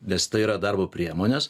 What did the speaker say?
nes tai yra darbo priemonės